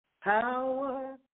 power